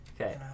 Okay